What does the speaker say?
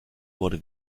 wurde